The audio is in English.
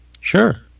Sure